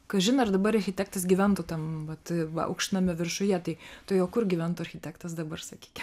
kažin ar dabar architektas gyventų tam vat va aukštnamio viršuje tai tai o kur gyventų architektas dabar sakyki